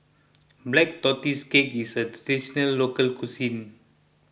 Black Tortoise Cake is a Traditional Local Cuisine